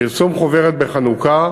פרסום חוברת בחנוכה,